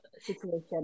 situation